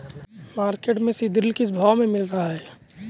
Market में सीद्रिल किस भाव में मिल रहा है?